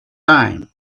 time